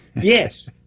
Yes